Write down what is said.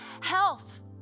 health